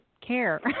care